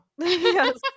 yes